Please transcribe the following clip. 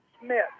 Smith